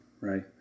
right